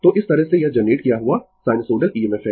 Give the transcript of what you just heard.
तो इस तरह से यह जनरेट किया हुआ साइनसोइडल EMF है